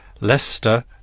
Leicester